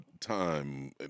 time